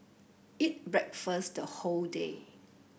eat breakfast the whole day